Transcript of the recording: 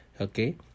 okay